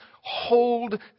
hold